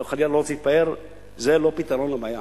אני חלילה לא רוצה להתפאר, זה לא פתרון לבעיה.